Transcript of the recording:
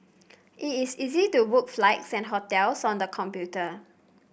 it is easy to book flights and hotels on the computer